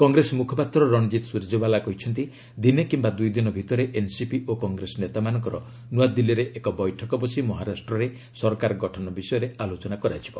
କଂଗ୍ରେସ ମୁଖପାତ୍ର ରଣଜିତ୍ ସ୍ୱରଜେୱାଲା କହିଛନ୍ତି ଦିନେ କିମ୍ବା ଦୂଇ ଦିନ ଭିତରେ ଏନ୍ସିପି ଓ କଂଗ୍ରେସ ନେତାମାନଙ୍କର ନ୍ତଆଦିଲ୍ଲୀରେ ଏକ ବୈଠକ ବସି ମହାରାଷ୍ଟ୍ରରେ ସରକାର ଗଠନ ବିଷୟରେ ଆଲୋଚନା ହେବ